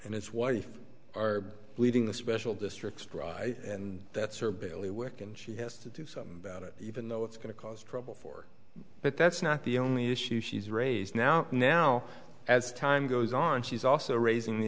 and his wife are leading the special districts dry and that's her belly work and she has to do something about it even though it's going to cause trouble for but that's not the only issue she's raised now now as time goes on she's also raising the